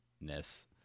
ness